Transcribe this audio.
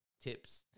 tips